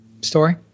story